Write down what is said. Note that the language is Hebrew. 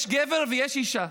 יש גבר ויש אישה,